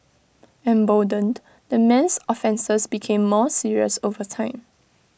emboldened the man's offences became more serious over time